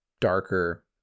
darker